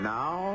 now